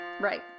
Right